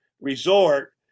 resort